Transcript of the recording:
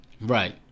Right